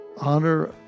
Honor